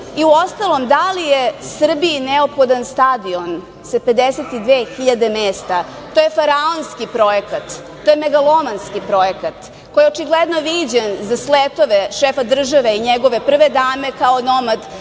uostalom, da li je Srbiji neophodan stadion sa 52.000 mesta? To je faraonski projekat. To je megalomanski projekat, koji je očigledno viđen za sletove šefa države i njegove prve dame, kao onomad